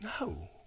No